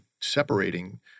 separating